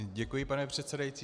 Děkuji, pane předsedající.